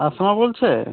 আসমা বলছে